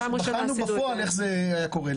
בחנו בפועל איך זה קורה.